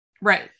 Right